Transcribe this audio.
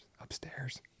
upstairs